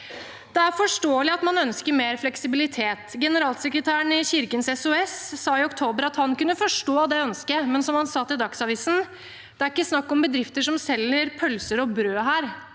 Det er forståelig at man ønsker mer fleksibilitet. Generalsekretæren i Kirkens SOS sa i oktober at han kunne forstå det ønsket, men som han sa til Dagsavisen: «Men det er ikke snakk om bedrifter som selger pølser og brød her.